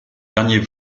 derniers